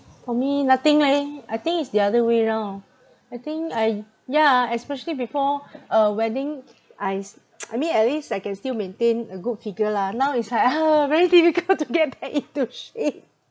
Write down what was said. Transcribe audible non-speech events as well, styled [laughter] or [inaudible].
for me nothing leh I think it's the other way round I think I yeah especially before a wedding I s~ [noise] I mean at least I can still maintain a good figure lah now is like !huh! very difficult [laughs] to get back into shape [laughs]